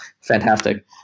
fantastic